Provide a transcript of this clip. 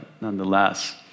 nonetheless